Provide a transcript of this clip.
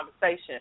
conversation